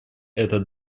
этот